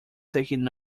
taken